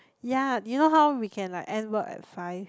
yea you know how we can like end work at five